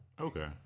Okay